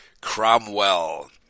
Cromwell